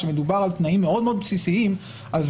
שמדובר על תנאים מאוד-מאוד בסיסיים אז